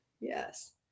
Yes